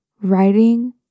Writing